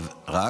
יש חוק.